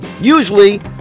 Usually